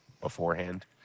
beforehand